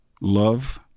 love